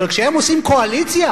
אבל כשהם עושים קואליציה,